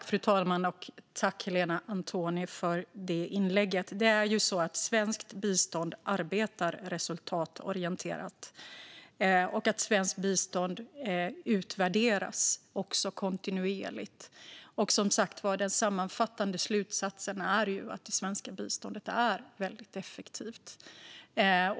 Fru talman! Svenskt bistånd arbetar resultatorienterat och utvärderas också kontinuerligt, och den sammanfattande slutsatsen är som sagt att det svenska biståndet är väldigt effektivt.